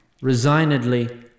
Resignedly